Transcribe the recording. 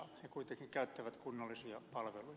he kuitenkin käyttävät kunnallisia palveluja